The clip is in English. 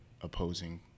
opposing